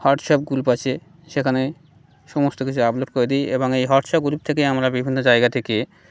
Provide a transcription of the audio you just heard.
WhatsApp group আছে সেখানে সমস্ত কিছু আপলোড করে দিই এবং এই হোয়াটসঅ্যাপ গ্রুপ থেকে আমরা বিভিন্ন জায়গা থেকে